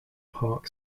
park